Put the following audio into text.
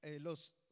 los